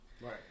Right